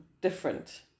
different